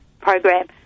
Program